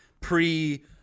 pre